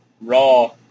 Raw